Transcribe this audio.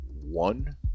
one